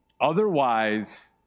Otherwise